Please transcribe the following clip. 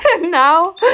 now